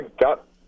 got